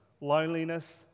loneliness